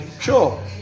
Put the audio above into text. sure